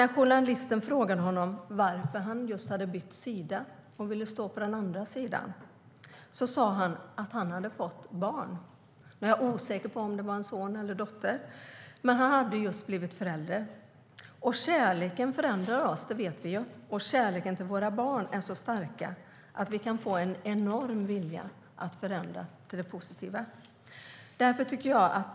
När journalisten frågade honom varför han just hade bytt sida och ville stå på den andra sidan sade han att han hade fått barn. Jag är osäker på om det var en son eller en dotter, men han hade just blivit förälder. Kärleken förändrar oss; det vet vi ju. Kärleken till våra barn är så stark att vi kan få en enorm vilja att förändras till det positiva.